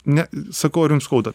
ne sakau ar jums skauda